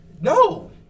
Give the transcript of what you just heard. no